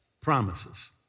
promises